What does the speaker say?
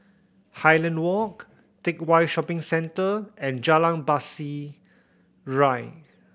Highland Walk Teck Whye Shopping Centre and Jalan Pasir Ria